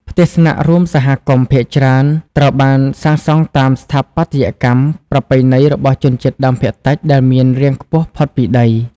ផ្ទះស្នាក់រួមសហគមន៍ភាគច្រើនត្រូវបានសាងសង់តាម ស្ថាបត្យកម្ម ប្រពៃណីរបស់ជនជាតិដើមភាគតិច ដែលមានរាងខ្ពស់ផុតពីដី។